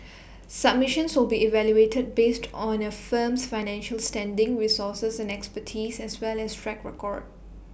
submissions will be evaluated based on A firm's financial standing resources and expertise as well as track record